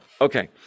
Okay